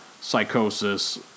Psychosis